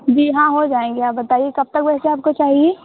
जी हाँ हो जाएंगे आप बताइए कब तक वैसे आपको चाहिए